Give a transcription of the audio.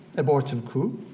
aborted coup,